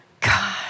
God